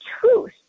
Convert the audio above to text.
truth